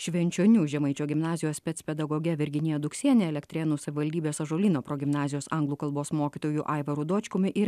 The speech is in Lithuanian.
švenčionių žemaičių gimnazijos spec pedagoge virginija duksiene elektrėnų savivaldybės ąžuolyno progimnazijos anglų kalbos mokytoju aivaru dočkumi ir